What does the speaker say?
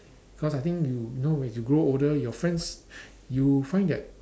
cause I think you know when you grow older your friends you find that